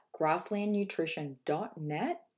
grasslandnutrition.net